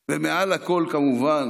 ומעל הכול, כמובן,